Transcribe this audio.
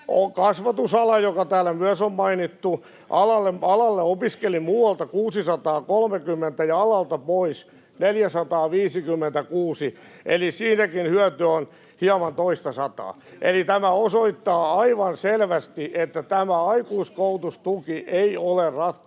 Kasvatusala, joka täällä myös on mainittu: alalle opiskeli muualta 630 ja alalta pois 456, eli siinäkin hyöty on hieman toistasataa. Eli tämä osoittaa aivan selvästi, että tämä aikuiskoulutustuki ei ole ratkaisu